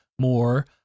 more